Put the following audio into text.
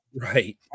Right